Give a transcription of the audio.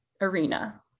arena